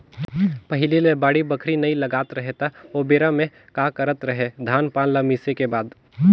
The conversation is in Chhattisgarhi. पहिले ले बाड़ी बखरी नइ लगात रहें त ओबेरा में का करत रहें, धान पान ल मिसे के बाद